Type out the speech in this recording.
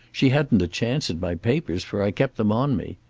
she hadn't a chance at my papers, for i kept them on me.